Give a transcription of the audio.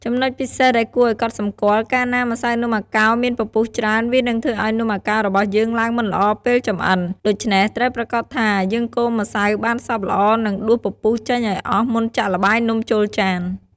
ចំណុចពិសេសដែលគួរកត់សម្គាល់ កាលណាម្សៅនំអាកោរមានពពុះច្រើន វានឹងធ្វើឲ្យនំអាកោររបស់យើងឡើងមិនល្អពេលចម្អិន ដូច្នេះ ត្រូវប្រាកដថា យើងកូរម្សៅបានសព្វល្អ និងដួសពពុះចេញឱ្យអស់មុនចាក់ល្បាយនំចូលចាន។